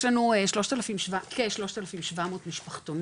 יש לנו כ- 3,700 משפחתונים,